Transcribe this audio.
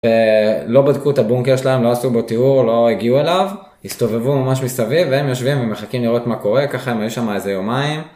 ולא בדקו את הבונקר שלהם, לא עשו בו טיהור, לא הגיעו אליו. הסתובבו ממש מסביב והם יושבים ומחכים לראות מה קורה, ככה הם היו שם איזה יומיים.